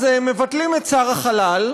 אז מבטלים את שר החלל,